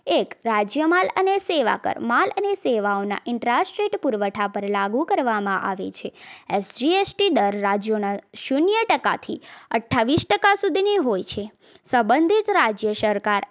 એક રાજ્ય માલ અને સેવા કર માલ અને સેવાઓના ઇન્ટ્રાસ્ટેટ પુરવઠા પર લાગુ કરવામાં આવે છે એસ જી એસ ટી દર રાજ્યોના શૂન્ય ટકાથી અઠ્ઠાવીસ ટકા સુધીની હોય છે સબંધિત રાજ્ય સરકાર